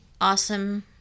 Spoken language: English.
awesome